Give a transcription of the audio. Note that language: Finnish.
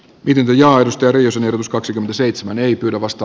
viking ja hysteerisen us kaksikymmentäseitsemän ei pyydä vasta